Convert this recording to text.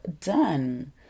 done